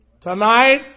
Tonight